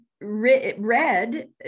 read